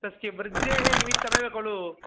तस्य वृद्धेः निमित्तमेव खलु